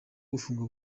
gufungwa